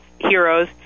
heroes